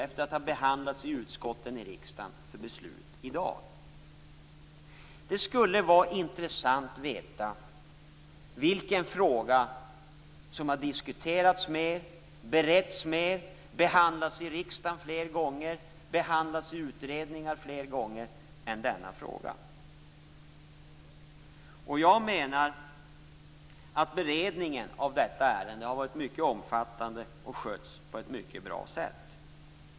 Efter att ha behandlats i utskotten ligger förslaget framme för beslut i riksdagen i dag. Det skulle vara intressant att veta vilken fråga som har diskuterats mer, beretts mer, behandlats fler gånger i riksdagen och behandlats fler gånger i utredningar än denna fråga. Jag menar att beredningen av detta ärende har varit mycket omfattande och skötts på ett mycket bra sätt.